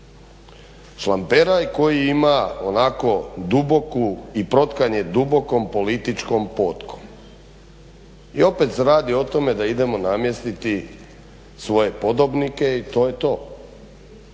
Šlamperaj koji ima onako duboku i protkan je dubokom političkom potkom i opet se radi o tome da idemo namjestiti svoje podobnike i to je to.